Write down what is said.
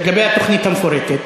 לגבי התוכנית המפורטת,